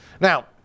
Now